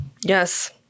Yes